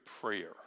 prayer